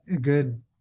good